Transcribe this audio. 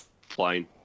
flying